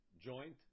joint